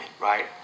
Right